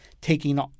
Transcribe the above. taking